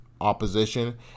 opposition